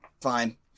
Fine